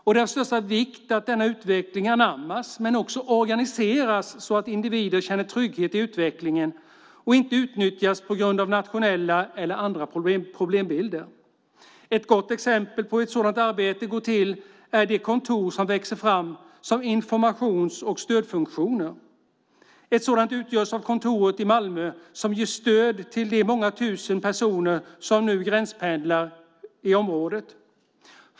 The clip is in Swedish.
Det är av största vikt att denna utveckling anammas men också organiseras så att individer känner trygghet i utvecklingen och inte utnyttjas på grund av nationella eller andra problembilder. Ett gott exempel på hur ett sådant arbete går till är de kontor som växer fram som informations och stödfunktioner. Ett sådant utgörs av kontoret i Malmö som ger stöd till de många tusen personer som nu gränspendlar i området.